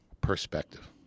perspective